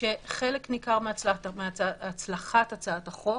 - שחלק ניכר מהצלחת הצעת החוק